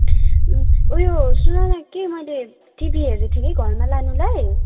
उयो सुन न कि मैले टिभी हेर्दै थिएँ कि घरमा लानुलाई